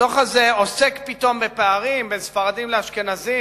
הדוח הזה עוסק פתאום בפערים בין ספרדים לאשכנזים